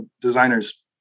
designer's